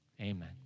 Amen